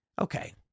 Okay